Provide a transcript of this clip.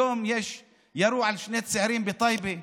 היום ירו על שני צעירים בטייבה,